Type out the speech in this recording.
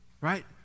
Right